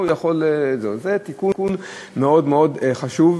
זה תיקון מאוד מאוד חשוב.